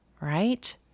right